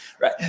right